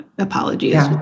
apologies